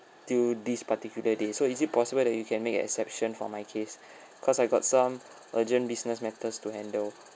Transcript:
to this particular day so is it possible that you can make an exception for my case because I got some urgent business matters to handle